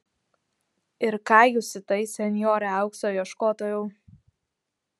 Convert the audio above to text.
ir ką jūs į tai senjore aukso ieškotojau